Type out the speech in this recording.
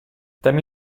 temi